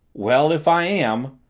well, if i am,